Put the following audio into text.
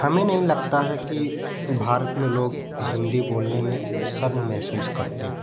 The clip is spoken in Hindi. हमें नहीं लगता है कि भारत में लोग हिंदी बोलने में शर्म महसूस करते हैं